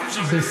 לא.